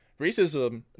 Racism